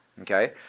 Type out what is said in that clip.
Okay